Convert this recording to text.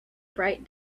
bright